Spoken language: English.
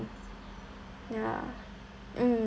ya mm